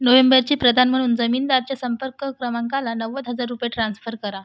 नोवेंबचे प्रदान म्हणून जमीनदाराचे संपर्क क्रमांकाला नव्वद हजार रुपये ट्रान्स्फर करा